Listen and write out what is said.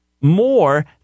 more